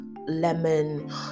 lemon